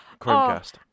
Chromecast